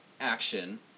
action